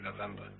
November